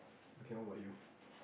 okay what about you